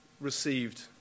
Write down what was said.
received